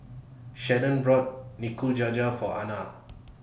Sharon bought Nikujaga For Ana